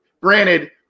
Granted